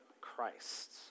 Christ